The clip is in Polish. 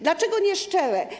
Dlaczego nieszczere?